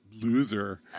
loser